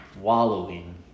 Wallowing